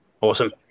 awesome